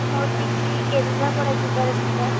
ମୋର ଟିକେ କେନ୍ଦ୍ରାପଡ଼ା ଯିବାର ଥିଲା